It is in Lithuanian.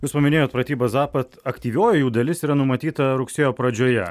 jūs paminėjot pratybas zapad aktyvioji jų dalis yra numatyta rugsėjo pradžioje